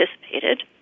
participated